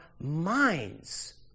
minds